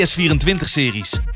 S24-series